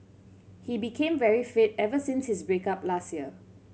he became very fit ever since his break up last year